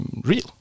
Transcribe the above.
real